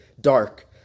dark